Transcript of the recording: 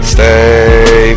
Stay